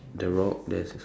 the rock there's